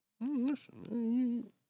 Listen